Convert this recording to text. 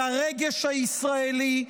של הרגש הישראלי,